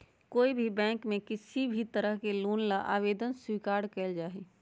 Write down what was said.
कोई भी बैंक में किसी भी तरह के लोन ला आवेदन स्वीकार्य कइल जाहई